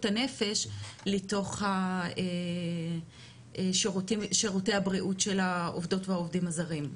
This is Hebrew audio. הנפש לתוך שירותי הבריאות של העובדות והעובדים הזרים.